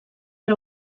per